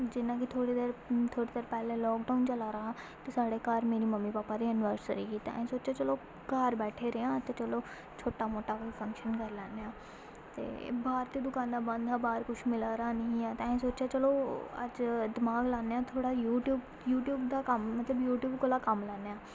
जि'न्ना की थोह्ड़ी देर थोह्ड़ी देर पैह्लें लॉकडाउन चला दा हा ते साढ़े घर मेरी मम्मी भापा दी एनिवर्सरी ही ते आहें सोचेआ की चलो घर बैठे दे आं ते चलो छोटा मोटा कोई फंक्शन करी लैने आं ते बाह्र ते दुकानां बन्द हा ते बाह्र कुछ मिला रा नेईं ऐ ते आहें सोचेआ चलो अज्ज दिमाग लाने आं थोह्ड़ा यूट्यूब यूट्यूब दा कम्म मतलब यूट्यूब कोला कम्म लैने आं